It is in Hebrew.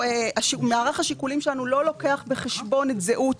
מערך השיקולים שלנו הוא לא לוקח בחשבון את זהות